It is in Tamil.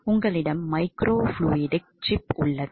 உங்களிடம் மைக்ரோஃப்ளூய்டிக் சிப் உள்ளது